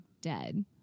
dead